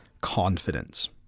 Confidence